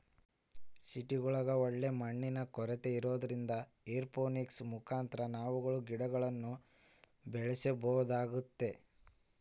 ಸಿಟಿಗುಳಗ ಒಳ್ಳೆ ಮಣ್ಣಿನ ಕೊರತೆ ಇರೊದ್ರಿಂದ ಏರೋಪೋನಿಕ್ಸ್ ಮುಖಾಂತರ ನಾವು ಗಿಡಗುಳ್ನ ಬೆಳೆಸಬೊದಾಗೆತೆ